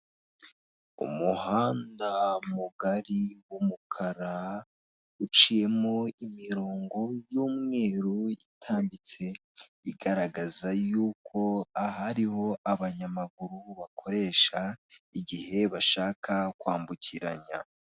Umuhanda mugari w'umukara uciyemo imirongo y'umweru itambitse igaragaza yuko aha abanyamaguru bakoresha igihe bashaka kwambukiranya.